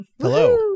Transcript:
Hello